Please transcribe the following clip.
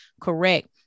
correct